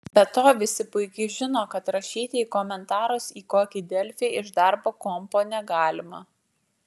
be to visi puikiai žino kad rašyti komentarus į kokį delfį iš darbo kompo negalima